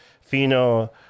Fino